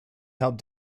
help